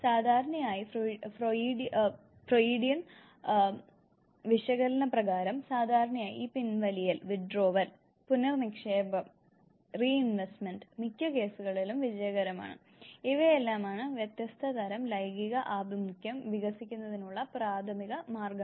സാധാരണയായി ഫ്രോയിഡിയൻ വിശകലന പ്രകാരം സാധാരണയായി ഈ പിൻവലിയൽ പുനർനിക്ഷേപം മിക്ക കേസുകളിലും വിജയകരമാണ് ഇവയെല്ലാമാണ് വ്യത്യസ്ത തരം ലൈംഗിക ആഭിമുഖ്യം വികസിക്കുന്നതിനുള്ള പ്രാഥമിക മാർഗങ്ങൾ